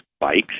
Bikes